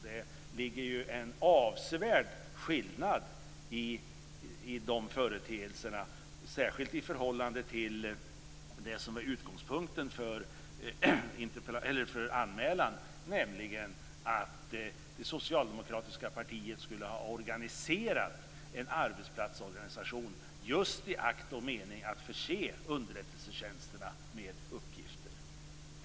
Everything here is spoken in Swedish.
Det är en avsevärd skillnad mellan de företeelserna, särskilt i förhållande till det som är utgångspunkten för anmälan, nämligen att det socialdemokratiska partiet skulle ha organiserat en arbetsplatsorganisation just i akt och mening att förse underrättelsetjänsterna med uppgifter.